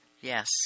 Yes